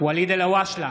ואליד אלהואשלה,